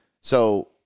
So-